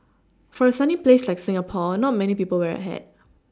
for a sunny place like Singapore not many people wear a hat